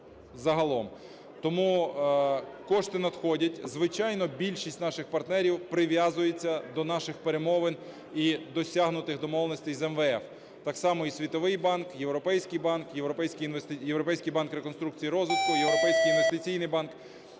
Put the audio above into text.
Тому кошти надходять. Звичайно, більшість наших партнерів прив'язуються до наших перемовин і досягнутих домовленостей з МВФ. Так само і Світовий банк, Європейський банк, Європейський банк реконструкції і розвитку, Європейський інвестиційний банк